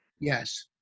yes